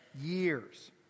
years